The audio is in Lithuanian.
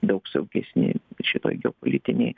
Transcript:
daug saugesni šitoj geopolitinėj